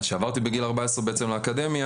כשעברתי בגיל 14 לאקדמיה,